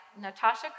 Natasha